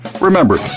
Remember